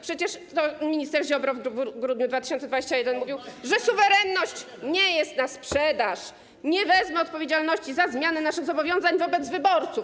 Przecież minister Ziobro w grudniu 2021 r. mówił: suwerenność nie jest na sprzedaż, nie wezmę odpowiedzialności za zmianę naszych zobowiązań wobec wyborców.